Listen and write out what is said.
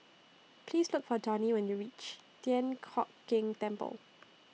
Please Look For Donny when YOU REACH Thian Hock Keng Temple